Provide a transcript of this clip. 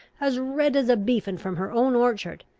as red as a beefen from her own orchard!